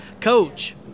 Coach